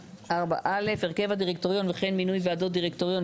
-- "הרכב הדירקטוריון וכן מינוי ועדות דירקטוריון,